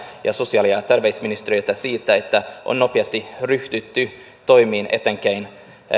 ja sosiaali ja terveysministeriötä siitä että on nopeasti ryhdytty toimiin etenkin